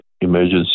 emergency